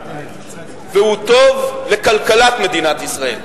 והוא טוב לכלכלת מדינת ישראל.